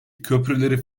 köprüleri